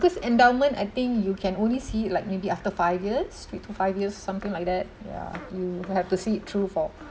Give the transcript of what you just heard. cause endowment I think you can only see it like maybe after five years three to five years something like that ya you have to see it through for